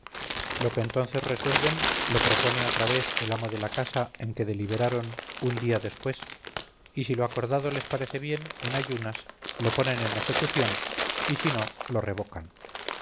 lo que entonces resuelven lo propone otra vez el amo de la casa en que deliberaron un día después y si lo acordado les parece bien en ayunas lo ponen en ejecución y si no lo revocan